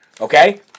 Okay